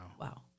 Wow